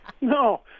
No